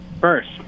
First